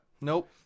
Nope